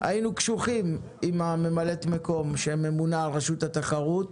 היינו קשוחים עם ממלאת המקום שממונה על רשות התחרות,